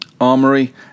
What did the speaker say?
armory